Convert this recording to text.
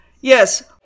yes-